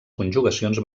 conjugacions